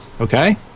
Okay